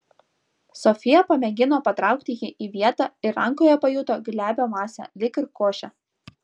sofija pamėgino patraukti jį į vietą ir rankoje pajuto glebią masę lyg ir košę